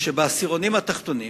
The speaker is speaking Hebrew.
שבעשירונים התחתונים,